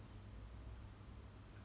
then then it's very redundant also